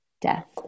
death